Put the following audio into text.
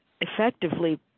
effectively